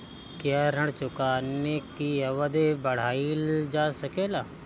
क्या ऋण चुकाने की अवधि बढ़ाईल जा सकेला?